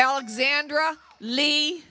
alexandra le